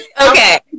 Okay